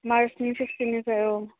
मार्चनि सिख्सटिननिफ्राय औ